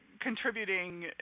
contributing